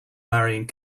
marrying